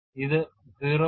ഇത് 0